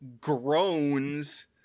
groans